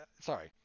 Sorry